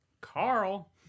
Carl